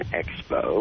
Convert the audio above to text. expo